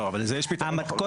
לא, אבל לזה יש פתרון בחוק.